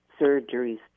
surgeries